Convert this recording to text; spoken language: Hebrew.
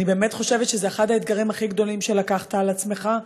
אני באמת חושבת שזה אחד האתגרים הכי גדולים שלקחת על עצמך,